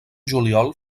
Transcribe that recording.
juliol